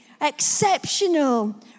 exceptional